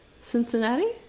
Cincinnati